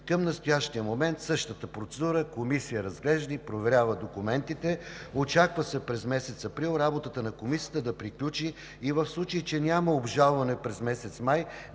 Към настоящия момент по същата процедура комисия разглежда и проверява документите. Очаква се през месец април работата на комисията да приключи и в случай че няма обжалване, през месец май